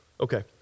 Okay